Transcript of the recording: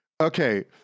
Okay